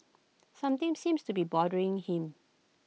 something seems to be bothering him